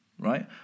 Right